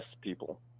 people